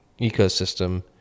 ecosystem